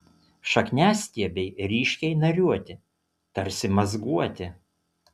šakniastiebiai ryškiai nariuoti tarsi mazguoti